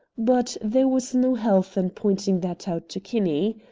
but there was no health in pointing that out to kinney.